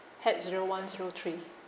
hague zero one zero three